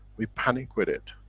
we panic with it.